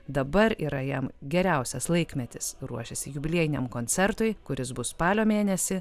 dabar yra jam geriausias laikmetis ruošiasi jubiliejiniam koncertui kuris bus spalio mėnesį